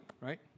right